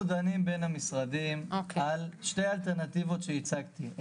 אנחנו דנים בין המשרדים על שתי האלטרנטיבות שהצגתי.